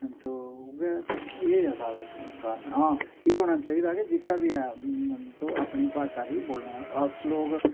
ते उऐ एह् ऐ साढ़ा काऱण हा एह् होना चाहिदा के जित्थै बी ऐ तुस अपनी भाशा गी वोलने दा अस लोग